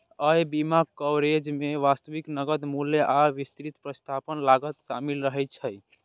अय बीमा कवरेज मे वास्तविक नकद मूल्य आ विस्तृत प्रतिस्थापन लागत शामिल रहै छै